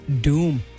Doom